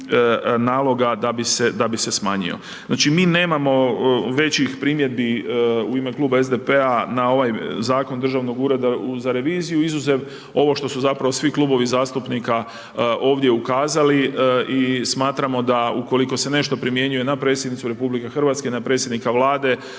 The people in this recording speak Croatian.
da bi se smanjio. Znači mi nemamo većih primjedbi u ime Kluba SDP-a na ovaj Zakon Državnog ureda za reviziju, izuzev, ovo što su zapravo svi klubovi zastupnika ovdje ukazali i smatramo da ukoliko se nešto primjenjuje na predsjednicu RH, na predsjednika Vlade,